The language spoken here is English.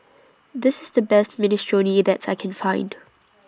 This IS The Best Minestrone that I Can Find